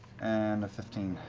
and a fifteen.